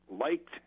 liked